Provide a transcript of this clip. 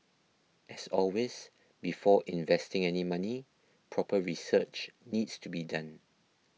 as always before investing any money proper research needs to be done